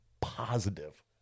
positive